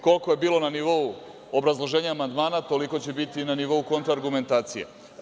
Koliko je bilo na nivou obrazloženja amandmana, toliko će biti i na nivou kontraargumentacije.